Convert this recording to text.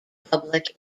public